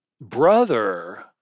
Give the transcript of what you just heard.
brother